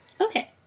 okay